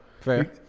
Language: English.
Fair